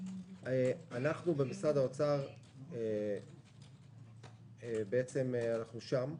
אנחנו במשרד האוצר נמצאים שם,